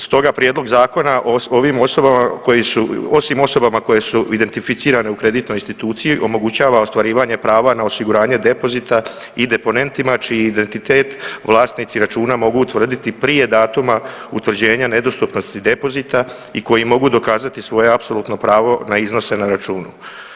Stoga prijedlog zakona ovim osobama koje su, osim osobama koje su identificirane u kreditnoj instituciji omogućava ostvarivanje prava na osiguranje depozita i deponentima čiji identitet vlasnici računa mogu utvrditi prije datuma utvrđenja nedostupnosti depozita i koji mogu dokazati svoje apsolutno pravo na iznose na računu.